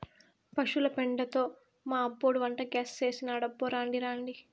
పశుల పెండతో మా అబ్బోడు వంటగ్యాస్ చేసినాడబ్బో రాండి రాండి